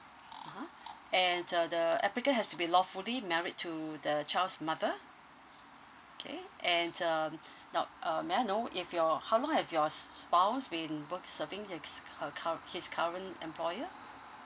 ah ha and the the applicant has to be lawfully married to the child's mother okay and um now uh may I know if your how long have your s~ spouse been work~ serving his her cur~ his current employer